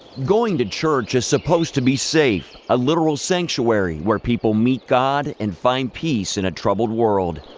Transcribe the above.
going to church is supposed to be safe, a literal sanctuary, where people meet god and find peace in a troubled world.